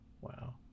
Wow